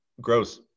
gross